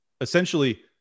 essentially